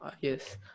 yes